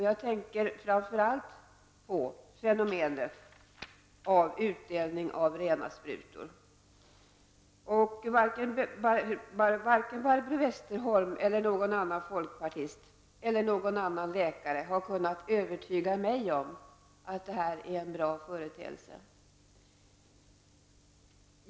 Jag tänker framför allt på utdelning av rena sprutor. Varken Barbro Westerholm eller någon annan läkare har kunnat övertyga mig om att detta är en bra företeelse.